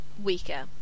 weaker